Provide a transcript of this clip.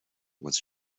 was